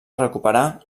recuperar